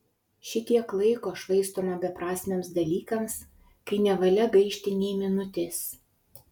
šitiek laiko švaistoma beprasmiams dalykams kai nevalia gaišti nė minutės